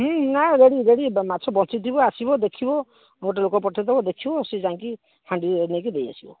ହୁଁ ନା ready ready ମାଛ ବଞ୍ଚିଥିବ ଆସିବ ଦେଖିବ ଗୋଟେ ଲୋକ ପଠେଇଦେବ ଦେଖିବ ସେ ଯାଇକି ହାଣ୍ଡିରେ ନେଇକି ଦେଇ ଆସିବ